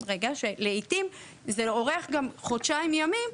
לעולים זה יוקל,